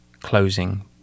closing